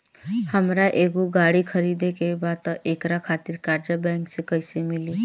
हमरा एगो गाड़ी खरीदे के बा त एकरा खातिर कर्जा बैंक से कईसे मिली?